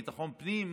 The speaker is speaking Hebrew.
ביטחון פנים?